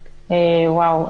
וואו.